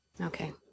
Okay